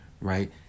right